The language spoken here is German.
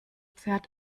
pferd